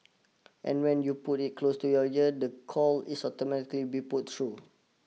and when you put it close to your ear the call is automatically be put through